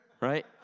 Right